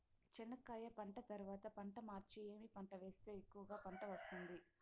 చెనక్కాయ పంట తర్వాత పంట మార్చి ఏమి పంట వేస్తే ఎక్కువగా పంట వస్తుంది?